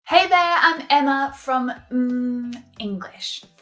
hey there i'm emma from mmmenglish!